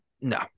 No